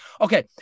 Okay